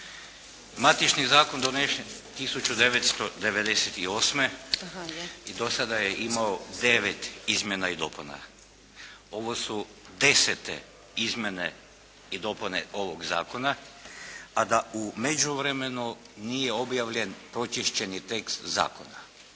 matični zakon donesen 1998. i do sada je imao 9 izmjena i dopuna. Ovo su 10-te izmjene i dopune ovoga Zakona, a da u međuvremenu nije objavljen pročišćeni tekst Zakona.